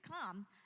come